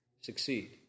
succeed